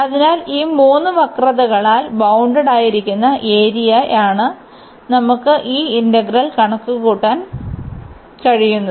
അതിനാൽ ഈ മൂന്ന് വക്രതകളാൽ ബൌണ്ടഡായിരിക്കുന്ന ഏരിയയാണ് നമുക്ക് ഈ ഇന്റഗ്രൽ കണക്കുകൂട്ടാൻ കഴിയും